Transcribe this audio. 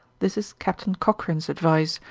this is captain cochrane's advice,